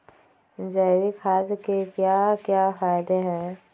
जैविक खाद के क्या क्या फायदे हैं?